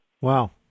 Wow